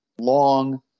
long